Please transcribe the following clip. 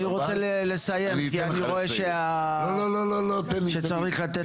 אני רוצה לסיים כי אני רואה שצריך לתת לכולם.